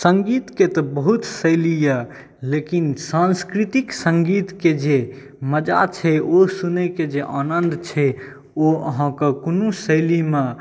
सङ्गीतके तऽ बहुत शैली अइ लेकिन सांस्कृतिक सङ्गीतके जे मजा छै ओ सुनैके जे आनन्द छै ओ अहाँके कोनो शैलीमे